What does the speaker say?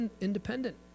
independent